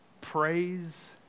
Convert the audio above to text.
praise